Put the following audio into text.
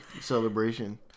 celebration